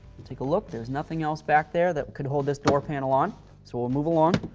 you take a look, there's nothing else back there that could hold this door panel on so we'll move along.